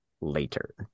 later